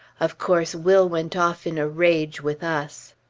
of course, will went off in a rage with us.